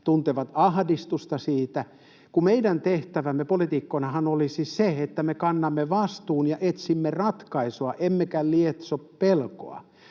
tuntevat ahdistusta siitä, kun meidän tehtävämmehän poliitikkoina olisi se, että me kannamme vastuun ja etsimme ratkaisuja emmekä lietso pelkoa.